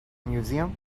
museum